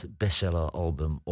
bestselleralbum